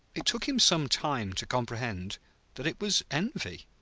it took him some time to comprehend that it was envy.